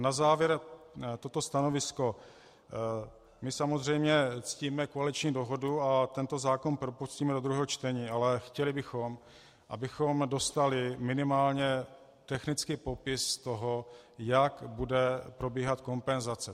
Na závěr toto stanovisko: My samozřejmě ctíme koaliční dohodu a tento zákon propustíme do druhého čtení, ale chtěli bychom, abychom dostali minimálně technický popis toho, jak bude probíhat kompenzace.